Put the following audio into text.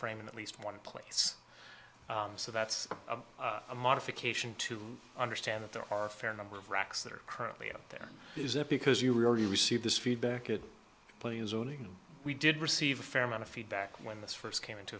frame in at least one place so that's a modification to understand that there are a fair number of rocks that are currently up there is it because you are already received this feedback it we did receive a fair amount of feedback when this first came into